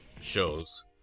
shows